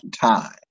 time